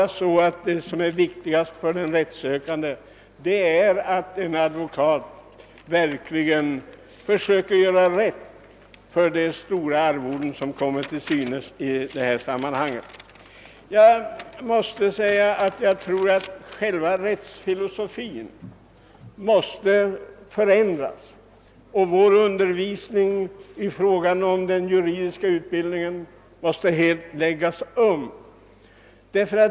Det viktigaste för den rättssökande måste vara att en advokat verkligen försöker göra rätt för de stora arvodena i detta sammanhang. Enligt min mening måste själva rättsfilosofin förändras och undervisningen i juridik helt läggas om.